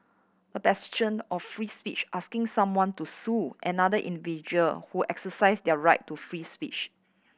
a bastion of free speech asking someone to sue another individual who exercised their right to free speech